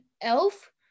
elf